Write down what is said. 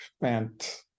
spent